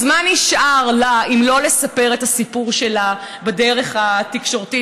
אז מה נשאר לה אם לא לספר את הסיפור שלה בדרך התקשורתית,